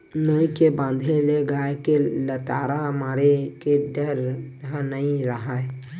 नोई के बांधे ले गाय के लटारा मारे के डर ह नइ राहय